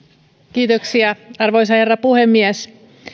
kiitoksia arvoisa herra puhemies